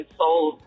sold